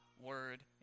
word